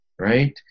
right